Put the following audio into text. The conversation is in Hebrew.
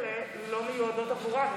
הקרנות האלה לא מיועדות עבורם,